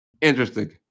Interesting